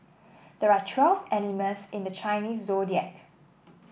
there are twelve animals in the Chinese Zodiac